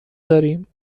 داریم